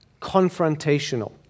confrontational